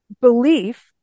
belief